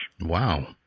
Wow